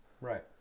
right